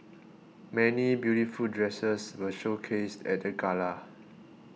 many beautiful dresses were showcased at the gala